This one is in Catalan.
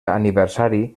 aniversari